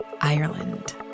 Ireland